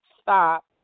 stop